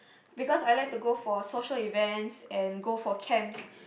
because I like to go for social events and go for camps